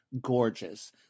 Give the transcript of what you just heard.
gorgeous